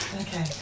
Okay